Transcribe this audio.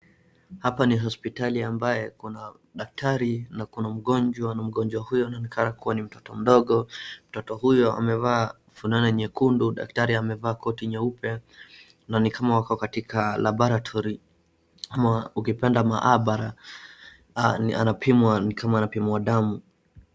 Hapa ni hosptali ambayo kuna daktari na kuna mgonjwa, na mgonjwa huyo anaonekana kuwa ni mtoto mdogo. Mtoto huyo amevaa fulana nyekundu, daktari amevaa koti nyeupe na ni kama wako katika labaratory ama ukipenda mahabara, anapiwa ni kama anapimwa damu.